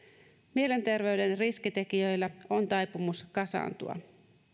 mielenterveyden riskitekijöillä on taipumus kasaantua